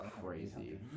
crazy